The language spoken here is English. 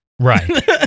Right